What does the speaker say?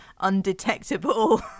undetectable